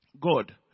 God